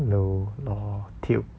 lou lor tilt